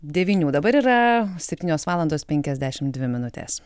devynių dabar yra septynios valandos penkiasdešimt dvi minutės